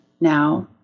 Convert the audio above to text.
now